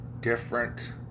different